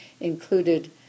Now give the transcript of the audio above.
included